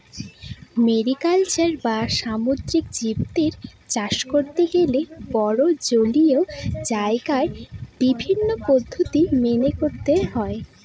mariculture বা সামুদ্রিক জীবদের চাষ করতে গেলে বড়ো জলীয় জায়গায় বিভিন্ন পদ্ধতি মেনে করতে হয়